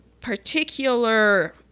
Particular